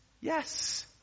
Yes